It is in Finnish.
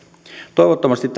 toivottavasti